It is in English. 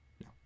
No